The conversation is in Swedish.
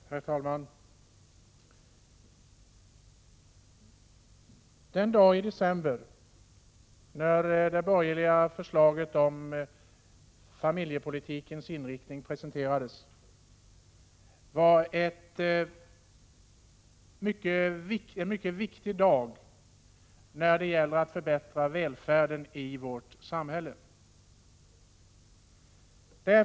Herr talman! Den dag i december då det borgerliga förslaget om familjepolitikens inriktning presenterades var en mycket viktig dag när det gäller att förbättra välfärden i vårt samhälle.